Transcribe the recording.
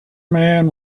man